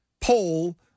poll